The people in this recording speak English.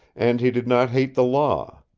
and he did not hate the law.